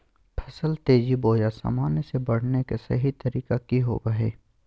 फसल तेजी बोया सामान्य से बढने के सहि तरीका कि होवय हैय?